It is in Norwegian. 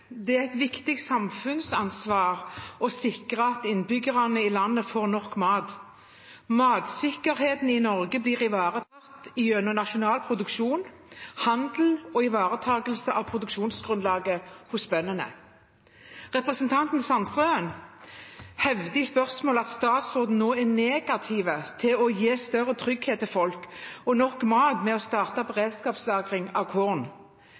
Det er et viktig samfunnsansvar å sikre at innbyggerne i landet får nok mat. Matsikkerheten i Norge blir ivaretatt gjennom nasjonal produksjon, handel og ivaretakelse av produksjonsgrunnlaget hos bøndene. Representanten Sandtrøen hevder i spørsmålet at statsråden nå er negativ til å gi større trygghet til folk og nok mat ved å starte beredskapslagring av korn.